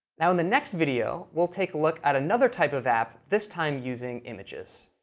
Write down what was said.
now, in the next video, we'll take a look at another type of app, this time using images.